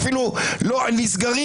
נסגרים,